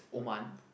Oman